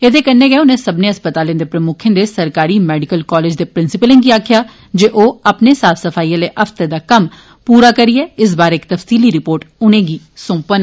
एदे कन्नै गै उन्नै सब्बने अस्पतालें दे प्रमुक्खे दे सरकारी मैडिकल कालेजे दे प्रिंसिपलें गी आक्खेया जे ओ अपने साफ सफाई आले हफ्तें दा कम्म पूरा करियै इस बारै इक तफसीली रिपोर्ट उनेंगी सौंपन